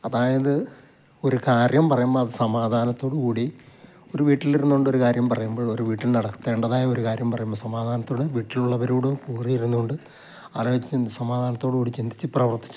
അപ്പം അതായത് ഒരു കാര്യം പറയുമ്പോൾ അത് സമാധാനത്തോടു കൂടി ഒരു വീട്ടിലിരുന്നു കൊണ്ട് ഒരു കാര്യം പറയുമ്പോൾ ഒരു വീട്ടിൽ നടത്തേണ്ടതായ ഒരു കാര്യം പറയുമ്പോൾ സമാധാനത്തോടെ വീട്ടിലുള്ളവരോട് കൂടിയിരുന്നോണ്ട് ആലോചിക്കുന്ന സമാധാനത്തോടു കൂടി ചിന്തിച്ച് പ്രവർത്തിച്ച്